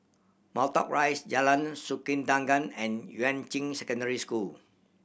Matlock Rise Jalan Sikudangan and Yuan Ching Secondary School